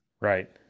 Right